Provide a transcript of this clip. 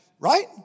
right